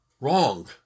wrong